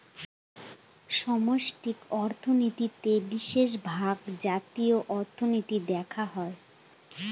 সামষ্টিক অর্থনীতিতে বিশেষভাগ জাতীয় অর্থনীতি দেখা হয়